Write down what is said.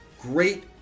great